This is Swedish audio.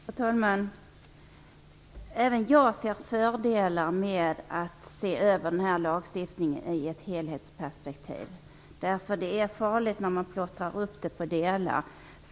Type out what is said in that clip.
Fru talman! Även jag ser fördelar med att se över den här lagstiftningen i ett helhetsperspektiv. Det är farligt att plottra upp det på olika delar.